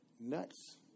Nuts